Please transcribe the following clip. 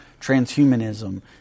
transhumanism